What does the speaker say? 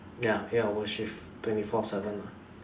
ya eight hour shift twenty four seven lah